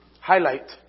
highlight